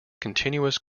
continuous